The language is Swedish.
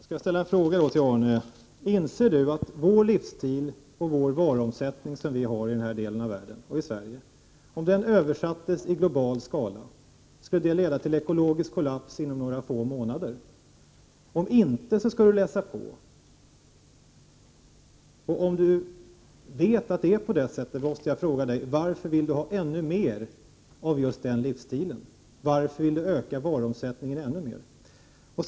Herr talman! Jag skall fatta mig mycket kort och ställa några frågor till Arne Kjörnsberg. Inser Arne Kjörnsberg att om den livsstil och varuomsättning som vi har i den här delen av världen och i Sverige översätts i global skala, skulle det leda till ekologisk kollaps inom några få månader? Om inte — läs på! Om Arne Kjörnsberg vet att det är på detta sätt måste jag fråga: Varför vill han ha ännu mer av just denna livsstil och öka varuomsättningen ännu mer?